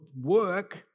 work